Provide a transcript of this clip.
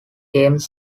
game